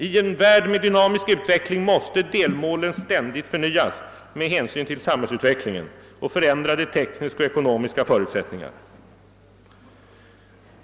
I en värld med dynamisk utveckling måste delmålen ständigt förnyas med hänsyn till samhällsutvecklingen och förändrade tekniska och ekonomiska förutsättningar.